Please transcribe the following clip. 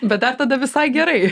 bet dar tada visai gerai